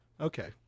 Okay